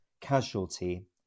Casualty